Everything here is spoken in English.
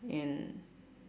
and